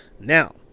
Now